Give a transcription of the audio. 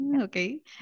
Okay